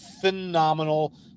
phenomenal